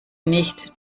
nicht